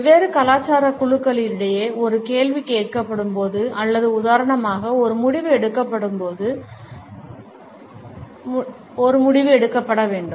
வெவ்வேறு கலாச்சார குழுக்களிடையே ஒரு கேள்வி கேட்கப்படும் போது அல்லது உதாரணமாக ஒரு முடிவு எடுக்கப்பட வேண்டும்